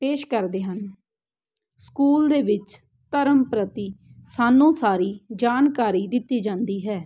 ਪੇਸ਼ ਕਰਦੇ ਹਨ ਸਕੂਲ ਦੇ ਵਿੱਚ ਧਰਮ ਪ੍ਰਤੀ ਸਾਨੂੰ ਸਾਰੀ ਜਾਣਕਾਰੀ ਦਿੱਤੀ ਜਾਂਦੀ ਹੈ